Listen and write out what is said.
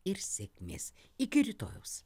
ir sėkmės iki rytojaus